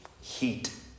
heat